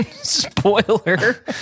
Spoiler